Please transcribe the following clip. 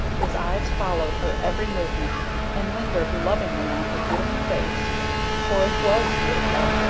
his eyes followed her every movement and lingered lovingly on her beautiful face for it was beautiful.